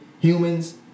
humans